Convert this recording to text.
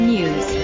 News